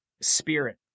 spirit